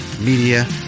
Media